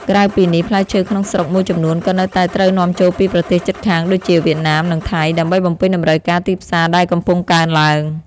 ក្រៅពីនេះ ផ្លែឈើក្នុងស្រុកមួយចំនួនក៏នៅតែត្រូវនាំចូលពីប្រទេសជិតខាងដូចជា វៀតណាម និងថៃ ដើម្បីបំពេញតម្រូវការទីផ្សារដែលកំពុងកើនឡើង។